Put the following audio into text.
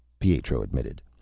pietro admitted.